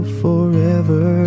forever